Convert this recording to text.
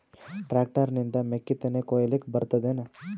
Tractor ನಿಂದ ಮೆಕ್ಕಿತೆನಿ ಕೊಯ್ಯಲಿಕ್ ಬರತದೆನ?